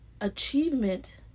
achievement